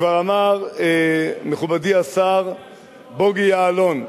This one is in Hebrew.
וכבר אמר מכובדי השר בוגי יעלון,